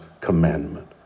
commandment